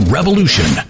Revolution